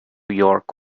york